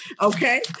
Okay